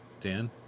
Dan